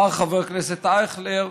אמר חבר הכנסת אייכלר: